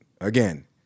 again